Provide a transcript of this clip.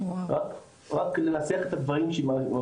רק לנסח את הדברים.